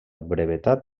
brevetat